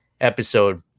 episode